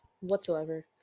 whatsoever